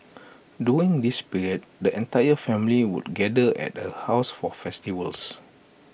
during this period the entire family would gather at her house for festivals